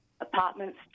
apartments